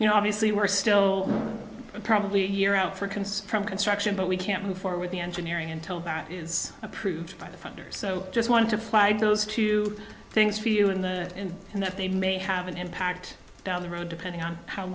you know obviously we're still probably a year out for concern from construction but we can't move forward the engineering until that is approved by the funders so i just want to flag those two things for you in the end and that they may have an impact down the road depending on how